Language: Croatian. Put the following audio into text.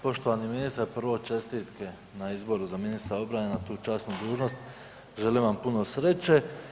Poštovani ministre, prvo čestitke na izboru za ministra obrane na tu časnu dužnost, želim vam puno sreće.